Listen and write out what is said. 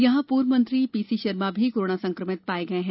यहां पूर्व मंत्री पीसी शर्मा भी कोरोना संक्रमित पाए गये हैं